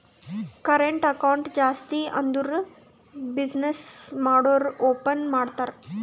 current account ಜಾಸ್ತಿ ಅಂದುರ್ business ಮಾಡೂರು ಓಪನ್ ಮಾಡ್ತಾರ